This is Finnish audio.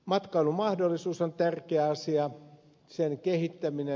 matkailumahdollisuus on tärkeä asia sen kehittäminen